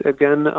Again